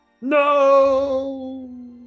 no